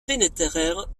pénétrèrent